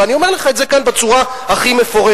ואני אומר לך את זה כאן בצורה הכי מפורשת.